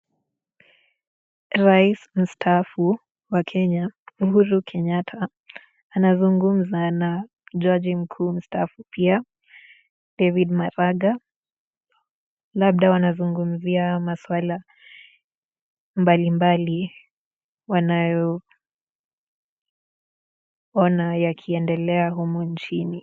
Rais Mstaafu wa Kenya, Uhuru Kenyatta anazungumza na jaji mkuu mstaafu pia David Maraga. Labda wanazungumzia maswala mbali mbali wanayo ona yakiendelea humu nchini.